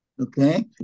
Okay